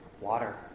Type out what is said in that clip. water